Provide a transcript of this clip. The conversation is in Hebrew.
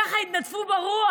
הם ככה יתנדפו ברוח.